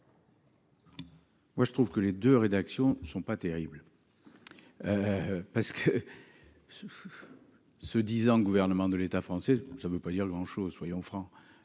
Moi je trouve que les 2 rédactions sont pas terribles. Parce que. Se disant gouvernement de l'État français. Ça ne veut pas dire grand chose. Soyons franc.